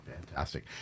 Fantastic